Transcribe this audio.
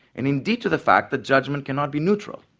and indeed to the fact that judgment cannot be neutral.